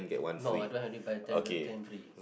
no I don't have any buy ten get ten free